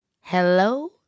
Hello